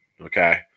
Okay